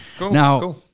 now